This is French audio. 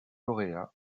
lauréat